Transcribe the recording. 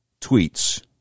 tweets